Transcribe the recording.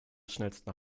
schnellsten